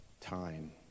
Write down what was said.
time